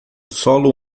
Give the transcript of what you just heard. solo